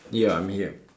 ya I'm here